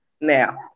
now